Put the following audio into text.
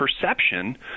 perception